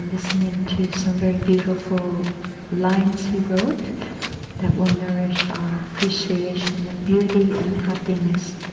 listening to some very beautiful lines he wrote that will nourish our appreciation of beauty and happiness.